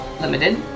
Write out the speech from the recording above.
limited